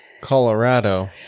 Colorado